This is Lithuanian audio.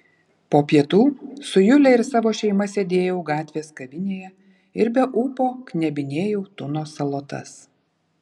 po pietų su jule ir savo šeima sėdėjau gatvės kavinėje ir be ūpo knebinėjau tuno salotas